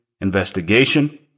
investigation